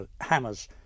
Hammer's